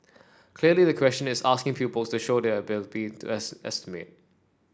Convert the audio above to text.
clearly the question is asking pupils to show their ability to es estimate